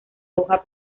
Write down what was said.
hoja